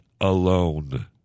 alone